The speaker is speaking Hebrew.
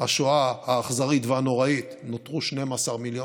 השואה האכזרית והנוראית, נותרו 12 מיליון,